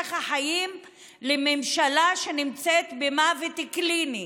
להמשך החיים לממשלה שנמצאת במוות קליני.